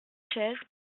chaise